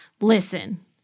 Listen